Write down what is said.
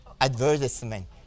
advertisement